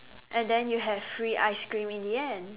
and then you have free ice cream in the end